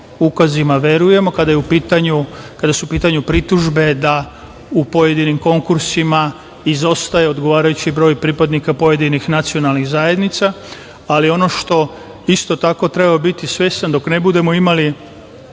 ukazima verujemo, kada su u pitanju pritužbe da u pojedinim konkursima izostaje odgovarajući broj pripadnika pojedinih nacionalnih zajednica, ali ono što isto tako treba biti svestan, dok ne budemo imali